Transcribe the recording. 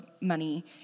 money